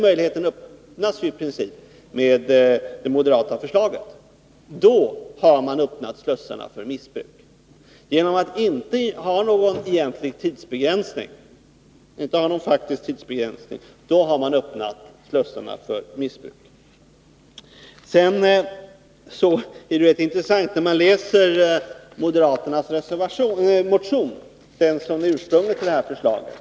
Med det moderata förslaget öppnar man slussarna för missbruk genom att inte ha någon faktisk tidsbegränsning. Det är intressant att läsa moderaternas motion, som är ursprunget till det här förslaget.